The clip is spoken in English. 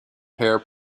pair